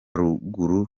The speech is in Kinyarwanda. ruguru